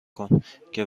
کن، که